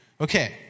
Okay